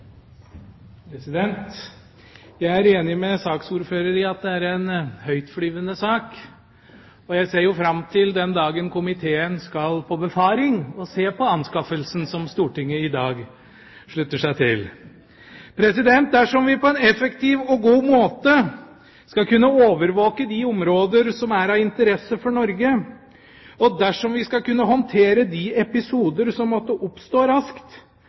jeg ser jo fram til den dagen komiteen skal på befaring og se på anskaffelsen som Stortinget i dag slutter seg til! Dersom vi på en effektiv og god måte skal kunne overvåke de områder som er av interesse for Norge, og dersom vi skal kunne håndtere de episoder som måtte oppstå, raskt,